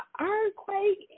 earthquake